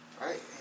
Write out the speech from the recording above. right